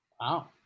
Wow